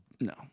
No